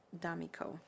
Damico